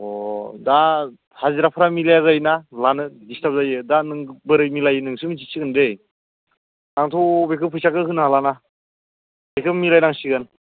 अ दा हाजिराफ्रा मिलाया जायोना लानो डिस्टार्ब जायो दा नों बोरै मिलायो नोंसो मिथिसिगोन दै आंथ' बेखो फैसाखो होनो हाला बेखो मिलायनांसिगोन